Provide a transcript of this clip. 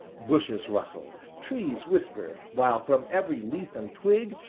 bushes rustled, trees whispered, while from every leaf and twig,